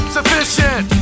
Sufficient